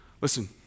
Listen